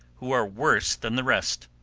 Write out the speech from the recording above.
who are worse than the rest.